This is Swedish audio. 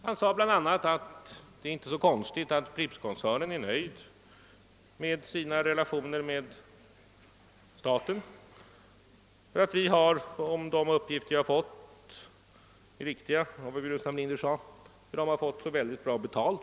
Han sade bl.a. att det inte är så konstigt att Pripp-koncernen är nöjd med sina relationer till staten eftersom den, om de uppgifter jag fått av vad herr Burenstam Linder sade är riktiga, fått så bra betalt.